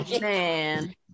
man